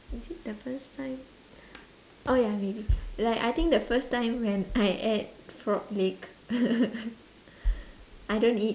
is it the first time oh ya maybe like I think the first time when I ate frog leg I don't eat